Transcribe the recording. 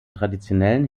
traditionellen